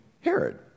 Herod